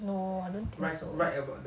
no I don't think so